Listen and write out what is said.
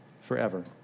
forever